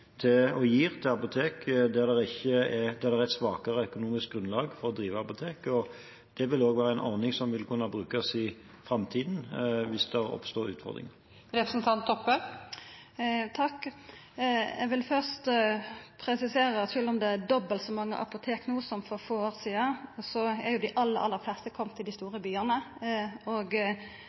til apotek der det er et svakere økonomisk grunnlag for å drive apotek. Det er en ordning som også vil kunne brukes i framtiden, hvis det oppstår utfordringer. Eg vil først presisera at sjølv om det er dobbelt så mange apotek no som for få år sidan, har dei aller, aller fleste kome i dei store